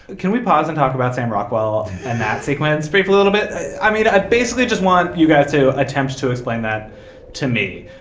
can we pause and talk about sam rockwell and that sequence people a little bit i mean i basically just want you guys to attempts to explain that to me.